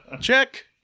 Check